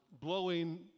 blowing